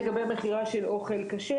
לגבי המכירה של אוכל כשר,